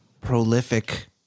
prolific